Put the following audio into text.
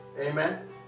Amen